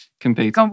Compete